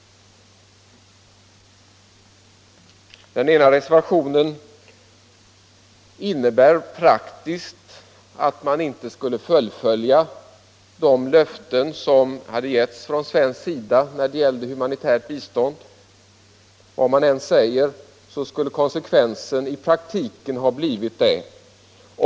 Den ena reservationen innebär att man inte skulle fullfölja de löften som givits från svensk sida när det gäller humanitärt bistånd: Vad man än säger skulle konsekvensen i praktiken blivit denna.